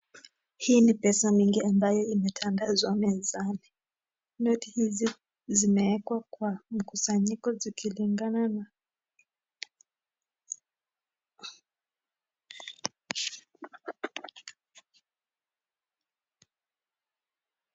Hii ni pesa mingi ambayo imetandazwa mezani yote zimewekwa kwa mkusanyiko zikilingana na.